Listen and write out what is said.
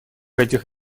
этих